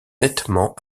nettement